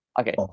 Okay